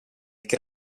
che